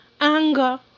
anger